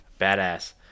badass